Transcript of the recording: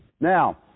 Now